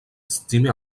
estimé